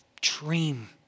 dream